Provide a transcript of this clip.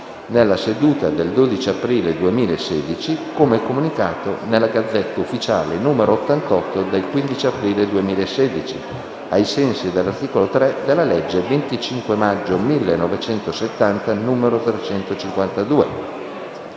nella seduta del 12 aprile 2016, come comunicato nella *Gazzetta Ufficiale* n. 88 del 15 aprile 2016, ai sensi dell'articolo 3 della legge 25 maggio 1970, n. 352.